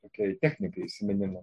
tokiai technikai įsiminimo